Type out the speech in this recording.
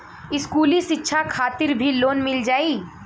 इस्कुली शिक्षा खातिर भी लोन मिल जाई?